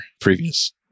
previous